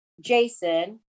Jason